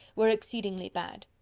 were exceedingly bad.